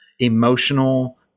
emotional